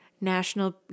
National